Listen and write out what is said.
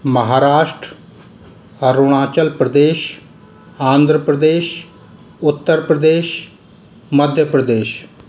Maharashtra Arunachal Pradesh Andhra Pradesh Uttar Pradesh Madhya Pradesh